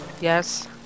Yes